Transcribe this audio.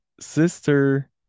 sister